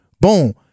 Boom